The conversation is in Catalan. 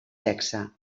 sexe